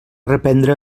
reprendre